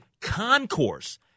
concourse